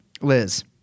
Liz